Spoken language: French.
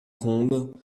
combe